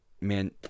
man